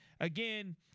again